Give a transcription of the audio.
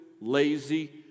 lazy